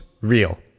real